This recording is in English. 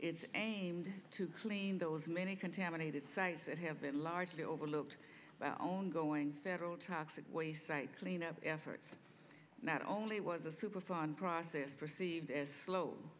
it's aimed to clean those many contaminated sites that have been largely overlooked by our own going federal traffic waste site cleanup efforts not only was a super fun process perceived as slow